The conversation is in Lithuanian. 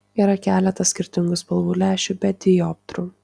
yra keletas skirtingų spalvų lęšių be dioptrų